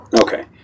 Okay